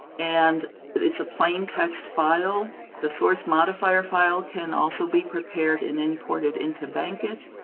and it's a plain text file. the source modifier file can also be prepared and imported into bankit.